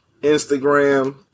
Instagram